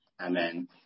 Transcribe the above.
Amen